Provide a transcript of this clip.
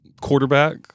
quarterback